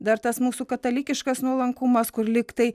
dar tas mūsų katalikiškas nuolankumas kur lygtai